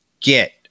get